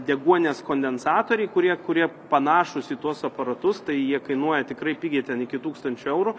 deguonies kondensatoriai kurie kurie panašūs į tuos aparatus tai jie kainuoja tikrai pigiai ten iki tūkstančio eurų